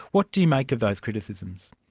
what do you make of those criticisms?